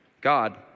God